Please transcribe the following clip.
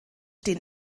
den